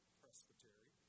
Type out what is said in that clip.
presbytery